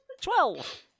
Twelve